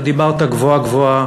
אתה דיברת גבוהה-גבוהה,